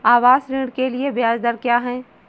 आवास ऋण के लिए ब्याज दर क्या हैं?